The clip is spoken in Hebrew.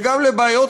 וגם לבעיות